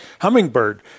Hummingbird